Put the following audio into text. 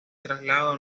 traslado